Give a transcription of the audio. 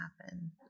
happen